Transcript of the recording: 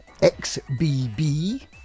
XBB